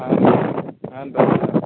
ಹಾಂ